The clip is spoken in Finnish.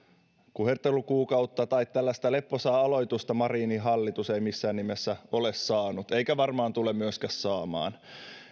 kuhertelukuukautta tai tällaista leppoisaa aloitusta marinin hallitus ei missään nimessä ole saanut eikä varmaan tule myöskään saamaan